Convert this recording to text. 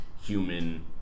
human